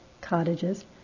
cottages